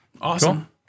Awesome